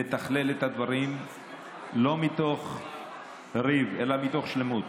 נתכלל את הדברים לא מתוך ריב אלא מתוך שלמות.